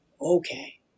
Okay